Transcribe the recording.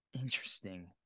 Interesting